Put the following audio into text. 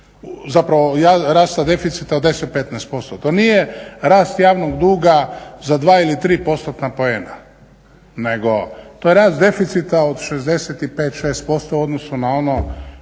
zapravo rasta deficita od 10, 15%. To nije rast javnog duga za 2 ili 3 postotna poena, nego to je rast deficita od 65, šest posto u odnosu na ono